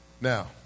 Now